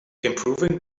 improving